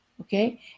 Okay